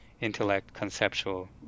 intellect-conceptual